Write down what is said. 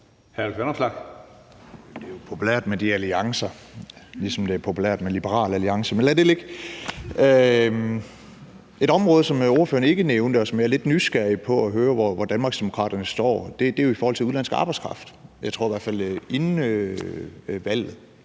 Det er jo populært med de alliancer, ligesom det er populært med Liberal Alliance. Men lad det ligge. Et område, som ordføreren ikke nævnte, men som jeg er lidt nysgerrig efter at høre hvor Danmarksdemokraterne står i forhold til, er i forhold til udenlandsk arbejdskraft. Inden folketingsvalget